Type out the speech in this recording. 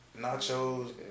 nachos